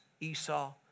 Esau